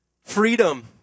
Freedom